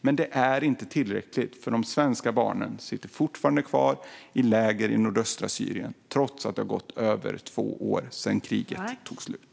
Men det är inte tillräckligt, för de svenska barnen sitter fortfarande kvar i läger i nordöstra Syrien, trots att det har gått över två år sedan kriget tog slut.